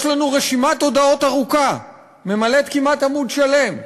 יש לנו רשימת הודעות ארוכה שממלאת כמעט עמוד שלם: